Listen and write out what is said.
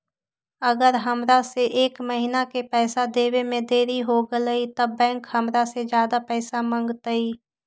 अगर हमरा से एक महीना के पैसा देवे में देरी होगलइ तब बैंक हमरा से ज्यादा पैसा मंगतइ?